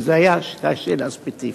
שזו היתה שאלה ספציפית: